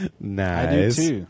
Nice